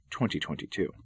2022